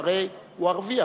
והרי הוא ערבי,